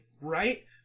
right